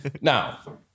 Now